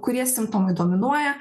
kurie simptomai dominuoja